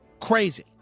crazy